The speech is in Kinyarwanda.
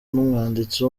n’umwanditsi